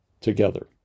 together